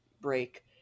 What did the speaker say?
break